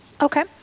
Okay